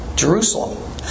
Jerusalem